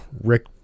Rick